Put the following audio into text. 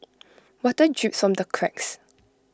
water drips from the cracks